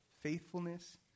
faithfulness